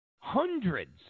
hundreds